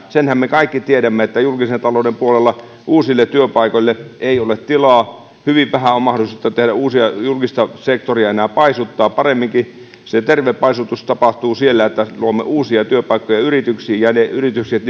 senhän me kaikki tiedämme että julkisen talouden puolella uusille työpaikoille ei ole tilaa hyvin vähän on on mahdollisuutta tehdä uusia ja julkista sektoria enää paisuttaa paremminkin se terve paisutus tapahtuu siellä että luomme uusia työpaikkoja yrityksiin ja ne yritykset